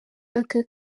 aka